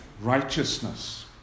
righteousness